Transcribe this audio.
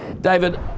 David